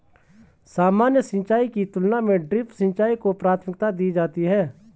सामान्य सिंचाई की तुलना में ड्रिप सिंचाई को प्राथमिकता दी जाती है